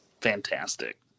fantastic